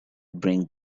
bring